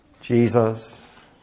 Jesus